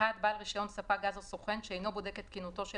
בעל רישיון ספק גז או סוכן שאינו בודק את תקינותו של